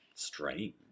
Strange